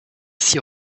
six